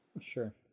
Sure